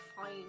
fine